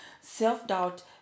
Self-doubt